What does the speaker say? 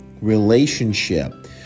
Relationship